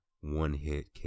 one-hit